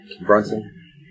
Brunson